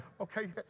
Okay